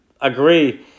agree